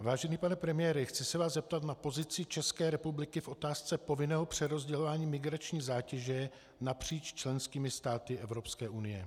Vážený pane premiére, chci se vás zeptat na pozici České republiky v otázce povinného přerozdělování migrační zátěže napříč členskými státy Evropské unie.